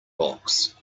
box